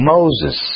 Moses